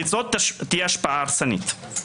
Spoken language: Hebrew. וזאת תהיה השפעה הרסנית.